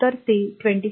तर ते 26